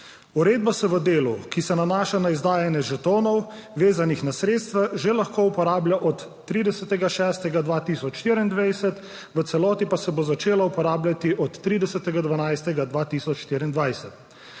Uredba se v delu, ki se nanaša na izdajanje žetonov, vezanih na sredstva, že lahko uporablja od 30. 6. 2024, v celoti pa se bo začela uporabljati od 30. 12. 2024.